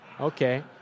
okay